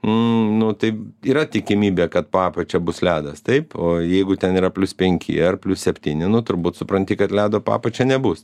nu tai yra tikimybė kad po apačia bus ledas taip o jeigu ten yra plius penki ar plius septyni nu turbūt supranti kad ledo po apačia nebus